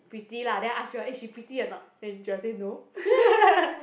pretty lah then I ask you all eh she pretty or not then Joel say no